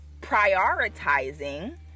prioritizing